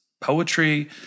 poetry